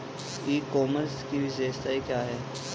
ई commerce की विशेषताएं क्या हैं?